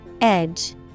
Edge